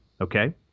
okay